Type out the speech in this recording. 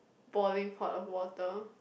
boiling pot of water